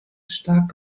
stark